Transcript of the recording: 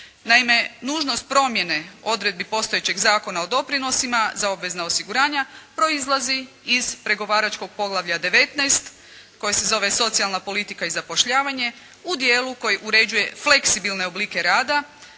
Naime, nužnost promjene odredbi postojećeg Zakona o doprinosima za obvezna osiguranja proizlazi iz pregovaračkog poglavlja 19. koje se zove Socijalna politika i zapošljavanje u dijelu koji uređuje fleksibilne oblike rada,